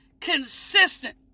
consistent